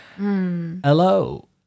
Hello